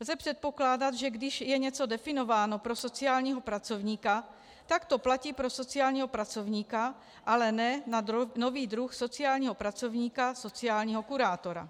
Lze předpokládat, že když je něco definováno pro sociálního pracovníka, tak to platí pro sociálního pracovníka, ale ne na nový druh sociálního pracovníka sociálního kurátora.